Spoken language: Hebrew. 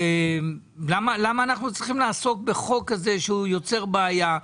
למה אנחנו צריכים לעסוק בחוק כזה, שיוצר בעיה?